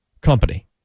company